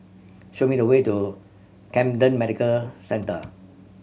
show me the way to Camden Medical Centre